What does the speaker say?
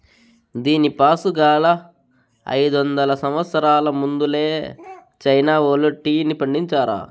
దీనిపాసుగాలా, అయిదొందల సంవత్సరాలకు ముందలే చైనా వోల్లు టీని పండించారా